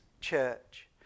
church